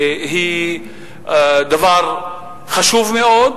היא דבר חשוב מאוד,